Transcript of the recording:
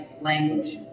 language